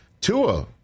Tua